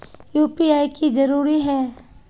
UPI की जरूरी है?